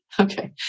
Okay